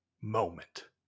moment